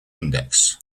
index